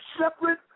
separate